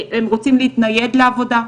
הם רוצים להתנייד לעבודה,